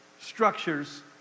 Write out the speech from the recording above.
structures